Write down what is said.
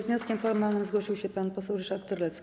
Z wnioskiem formalnym zgłosił się pan poseł Ryszard Terlecki.